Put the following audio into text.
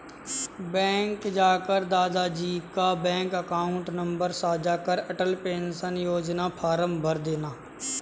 bank जाकर दादा जी का बैंक अकाउंट नंबर साझा कर अटल पेंशन योजना फॉर्म भरदेना